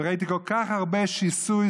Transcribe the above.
וראיתי כל כך הרבה שיסוי,